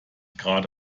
gerade